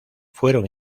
fueron